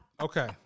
Okay